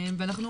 ואנחנו